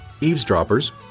eavesdroppers